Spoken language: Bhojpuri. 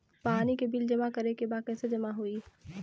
पानी के बिल जमा करे के बा कैसे जमा होई?